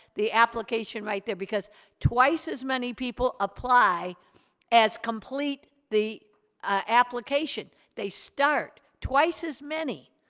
the application right there. because twice as many people apply as complete the application. they start twice as many,